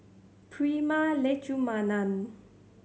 Prema Letchumanan